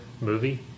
movie